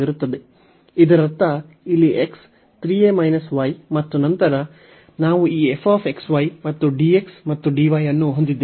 ಇದರರ್ಥ ಇಲ್ಲಿ x 3a y ಮತ್ತು ನಂತರ ನಾವು ಈ f x y ಮತ್ತು dx ಮತ್ತು dy ಅನ್ನು ಹೊಂದಿದ್ದೇವೆ